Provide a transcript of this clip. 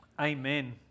Amen